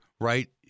right